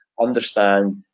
understand